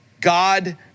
God